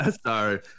Sorry